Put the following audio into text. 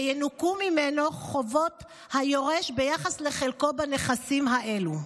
וינוכו ממנו חובות היורש ביחס לחלקו בנכסים האלה.